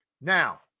Now